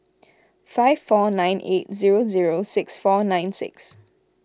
five four nine eight zero zero six four nine six